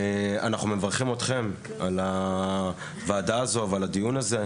אנחנו מברכים אותכם על הוועדה הזאת ועל הדיון הזה,